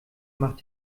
macht